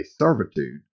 servitude